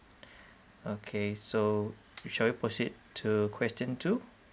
okay so shall we proceed to question two